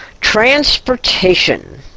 transportation